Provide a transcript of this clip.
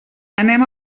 anem